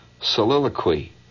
soliloquy